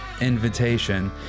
invitation